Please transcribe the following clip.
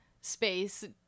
space